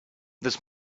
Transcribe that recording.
this